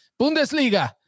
Bundesliga